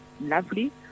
lovely